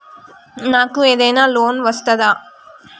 నాకు ఏదైనా లోన్ వస్తదా?